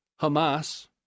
Hamas